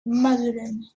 madeleine